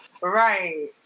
Right